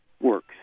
works